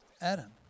Adam